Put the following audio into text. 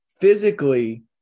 Physically